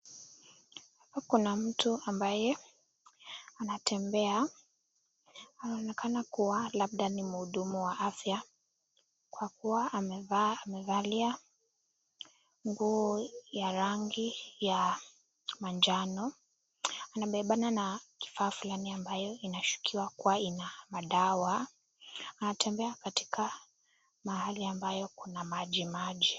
Hapa kuna mtu ambaye anatembea anaonekana kuwa labda ni muhudumu wa afya, kwa kuwa amevalia nguo ya rangi ya majano . Anambebana na kifaa fulani ambayo inashukiwa kuwa ina madawa, anatembea katika mahali ambayo kuna maji maji.